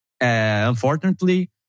unfortunately